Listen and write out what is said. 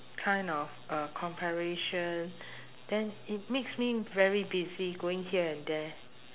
kind of uh comparation then it makes me very busy going here and there